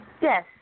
Yes